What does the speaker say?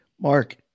Mark